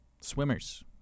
swimmers